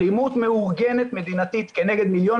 אלימות מאורגנת מדינתית כנגד מיליון